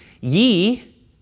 Ye